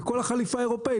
במקום החליפה האירופאית,